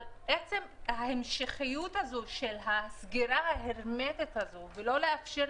אבל עצם ההמשכיות הזאת של הסגירה ההרמטית הזאת - לא לאפשר